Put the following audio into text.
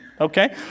okay